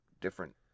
different